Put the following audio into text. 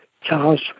Charles